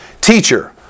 Teacher